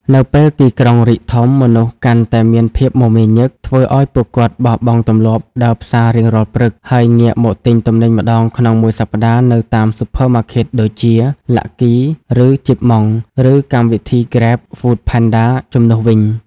នៅពេលទីក្រុងរីកធំ មនុស្សកាន់តែមានភាពមមាញឹក ធ្វើឱ្យពួកគាត់បោះបង់ទម្លាប់ដើរផ្សាររៀងរាល់ព្រឹក ហើយងាកមកទិញទំនិញម្ដងក្នុងមួយសប្ដាហ៍នៅតាម Supermarkets (ដូចជា Lucky ឬ Chip Mong) ឬកម្មវិធី Grab/Foodpanda ជំនួសវិញ។